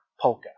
Polka